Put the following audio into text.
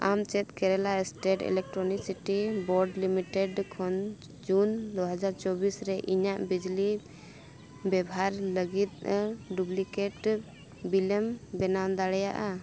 ᱟᱢ ᱪᱮᱫ Kerala state electronic city board limited ᱠᱷᱚᱱ ᱡᱩᱱ ᱫᱩ ᱦᱟᱡᱟᱨ ᱪᱚᱵᱵᱤᱥ ᱨᱮ ᱤᱧᱟᱹᱜ ᱵᱤᱡᱽᱞᱤ ᱵᱮᱵᱷᱟᱨ ᱞᱟᱹᱜᱤᱫ ᱮᱢ ᱰᱩᱜᱽᱞᱤᱠᱮᱴ ᱵᱤᱞᱮᱢ ᱵᱮᱱᱟᱣ ᱫᱟᱲᱮᱭᱟᱜᱼᱟ